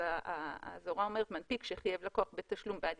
אז ההוראה אומרת שמנפיק שחייב לקוח בתשלום בעד